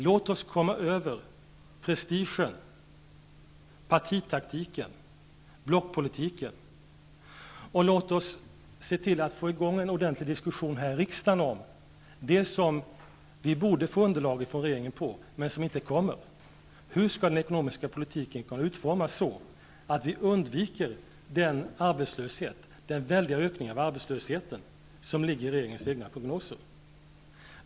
Låt oss komma över prestigen, partitaktiken, blockpolitiken och få i gång en ordentlig diskussion här i riksdagen om det vi borde få ett underlag om från regeringen men som inte kommer, nämligen hur den ekonomiska politiken utformas så att vi undviker den väldiga ökning av arbetslösheten som ligger i regeringens egna prognoser.